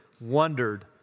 wondered